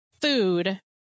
food